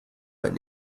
ein